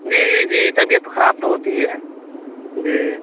جی جی جی طبیعت خراب تو ہوتی ہے جی